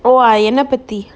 oh ah என்ன பத்தி:enna pathi